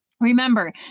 Remember